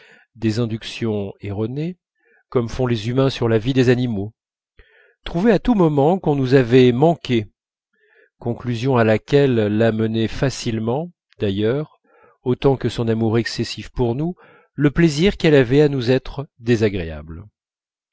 des inductions erronées comme font les humains sur la vie des animaux trouvait à tout moment qu'on nous avait manqué conclusion à laquelle l'amenait facilement d'ailleurs autant que son amour excessif pour nous le plaisir qu'elle avait à nous être désagréable